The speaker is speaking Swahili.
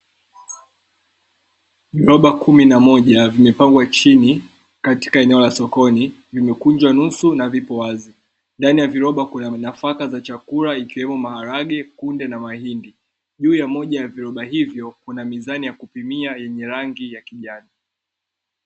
Viroba kumi na moja vimepangwa chini katika eneo la sokoni, vimekunjwa nusu na vipo wazi. Ndani ya viroba kuna nafaka za chakula ikiwemo maharage, kunde na mahindi. Juu ya moja ya viroba hivyo kuna mizani ya kupimia yenye rangi ya kijani.